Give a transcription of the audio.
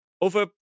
over